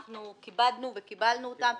אנחנו כיבדנו וקיבלנו אותם.